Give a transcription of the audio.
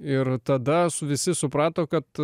ir tada su visi suprato kad